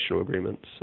agreements